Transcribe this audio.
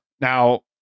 Now